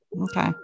okay